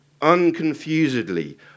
unconfusedly